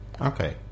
Okay